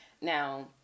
Now